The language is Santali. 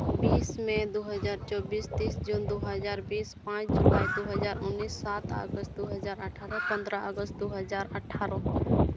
ᱵᱤᱥ ᱢᱮ ᱫᱩ ᱦᱟᱡᱟᱨ ᱪᱚᱵᱵᱤᱥ ᱛᱤᱨᱤᱥ ᱡᱩᱱ ᱫᱩ ᱦᱟᱡᱟᱨ ᱵᱤᱥ ᱯᱟᱸᱪ ᱡᱩᱞᱟᱭ ᱫᱩ ᱦᱟᱡᱟᱨ ᱩᱱᱤᱥ ᱥᱟᱛ ᱟᱜᱚᱥᱴ ᱫᱩ ᱦᱟᱡᱟᱨ ᱟᱴᱷᱟᱨᱚ ᱯᱚᱸᱫᱽᱨᱚ ᱟᱜᱚᱥᱴ ᱫᱩ ᱦᱟᱡᱟᱨ ᱟᱴᱷᱟᱨᱚ